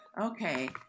Okay